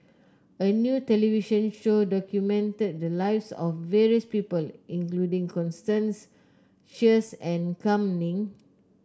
a new television show documented the lives of various people including Constance Sheares and Kam Ning